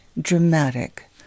dramatic